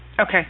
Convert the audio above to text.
Okay